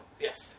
Yes